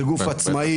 זה גוף עצמאי,